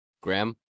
Graham